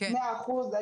מאה אחוזי נכות,